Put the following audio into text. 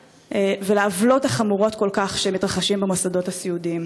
ולעוולות החמורות כל כך שמתרחשים במוסדות הסיעודיים.